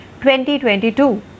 2022